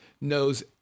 knows